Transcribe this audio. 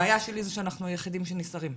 הבעיה שלי זה שאנחנו היחידים שנסערים.